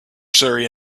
surrey